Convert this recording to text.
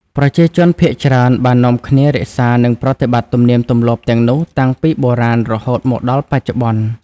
ប្រជាជនភាគច្រើនបាននាំគ្នារក្សា និងប្រតិបត្តិទំនៀមទម្លាប់ទាំងនោះតាំងពីបុរាណរហូតមកដល់បច្ចុប្បន្ន។